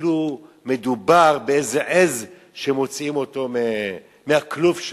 כאילו מדובר באיזו עז שמוציאים אותה מהכלוב שלה,